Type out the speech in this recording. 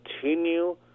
continue